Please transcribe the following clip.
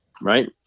right